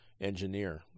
engineer